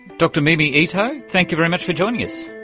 dr mimi ito, thank you very much for joining us.